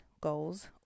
goals